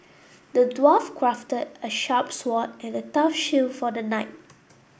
the dwarf crafted a sharp sword and a tough shield for the knight